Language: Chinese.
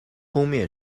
封面